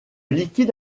liquide